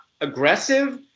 aggressive